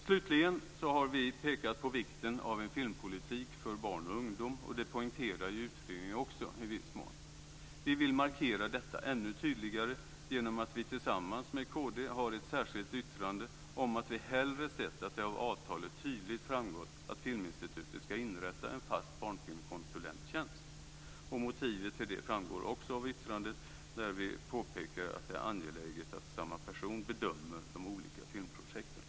Slutligen har vi pekat på vikten av en filmpolitik för barn och ungdom. Detta poängterar utredningen också i viss mån. Vi vill markera detta ännu tydligare och har därför tillsammans med kd ett särskilt yttrande om att vi hellre sett att det av avtalet tydligt framgått att Filminstitutet ska inrätta en fast barnfilmskonsulenttjänst. Motivet till det framgår också av yttrandet, där vi påpekar att det är angeläget att samma person bedömer de olika filmprojekten.